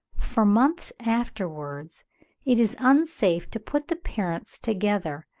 for months afterwards it is unsafe to put the parents together,